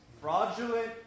fraudulent